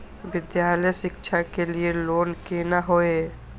विद्यालय शिक्षा के लिय लोन केना होय ये?